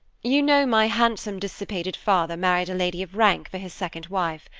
you know my handsome, dissipated father married a lady of rank for his second wife.